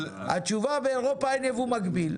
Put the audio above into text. התשובה שבאירופה אין יבוא מקביל.